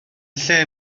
lle